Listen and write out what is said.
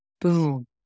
Boom